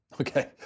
Okay